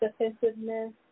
defensiveness